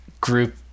group